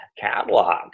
catalog